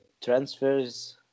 transfers